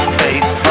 face